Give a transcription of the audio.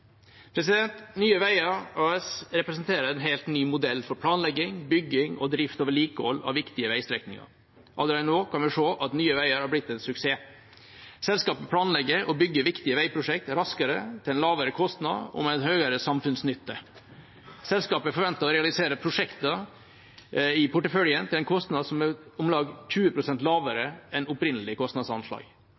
grep. Nye Veier AS representerer en helt ny modell for planlegging, bygging og drift/vedlikehold av viktige veistrekninger. Allerede nå kan vi se at Nye Veier har blitt en suksess. Selskapet planlegger og bygger viktige veiprosjekter raskere, til en lavere kostnad og med større samfunnsnytte. Selskapet forventer å realisere prosjektene i porteføljen til en kostnad som er om lag 20 pst. lavere enn opprinnelig kostnadsanslag.